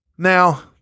Now